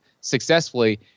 successfully –